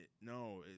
No